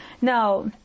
Now